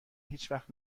هیچوقت